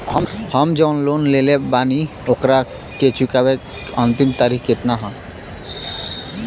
हम जवन लोन लेले बानी ओकरा के चुकावे अंतिम तारीख कितना हैं?